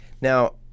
Now